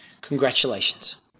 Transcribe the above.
Congratulations